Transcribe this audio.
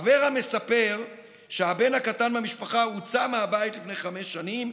אברה מספר שהבן הקטן מהמשפחה הוצא מהבית לפני חמש שנים,